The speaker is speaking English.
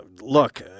look